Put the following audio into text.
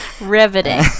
Riveting